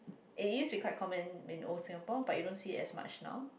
it used to be common in old Singapore but you don't see it as much now